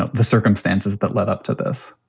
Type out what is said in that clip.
ah the circumstances that led up to this,